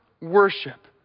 Worship